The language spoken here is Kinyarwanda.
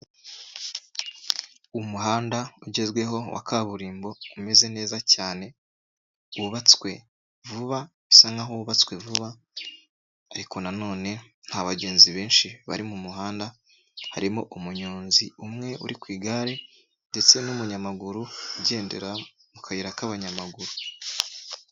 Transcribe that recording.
Umuhanda ugezweho wa kaburimbo umeze neza cyane wubatswe vuba bisa nkaho wubatswe vuba ariko nanone nka bagenzi benshi bari mu muhanda harimo umunyonzi umwe uri ku igare ndetse n'umunyamaguru ugendera mu kayira k'abanyamaguru.